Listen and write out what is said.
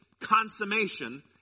consummation